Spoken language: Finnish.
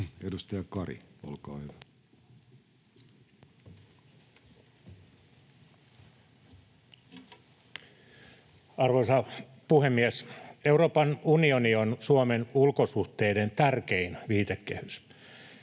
Time: 14:41 Content: Arvoisa puhemies! Euroopan unioni on Suomen ulkosuhteiden tärkein viitekehys.